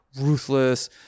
ruthless